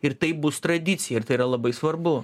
ir taip bus tradicija ir tai yra labai svarbu